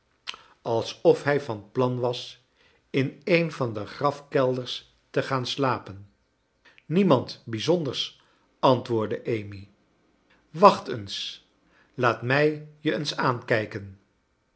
alsof hij van plan was in een van de grafkelders te gaan slapen niemand bijzonders antwoordde amy wacht eens laat mij je eens aankijken